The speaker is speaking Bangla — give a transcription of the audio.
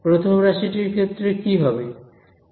প্রথম রাশি টির ক্ষেত্রে কি হবে